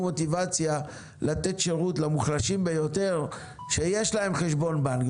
מוטיבציה לתת שירות למוחלשים ביותר שיש להם חשבון בנק.